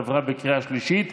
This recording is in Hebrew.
עברה בקריאה השלישית,